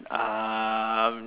uh